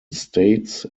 states